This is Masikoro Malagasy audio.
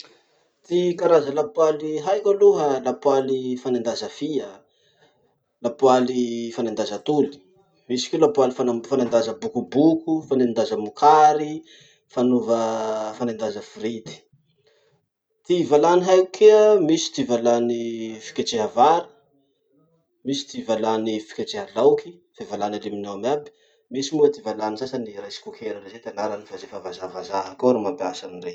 Ty karaza lapoaly haiko aloha lapoaly fanendaza fia, lapoaly fanendaza atoly, misy koa lapoaly fana- fanendaza bokoboko, fanendaza mokara, fanova fanendaza frity. Ty valany haiko kea, misy ty valany fiketreha vary, misy ty valany fiketreha laoky, fe valany aluminium aby, misy moa ty valany sasany rice cooker re zay ty anarany fa ze fa vazahavaza koa ro mampiasa any rey.